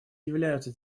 являются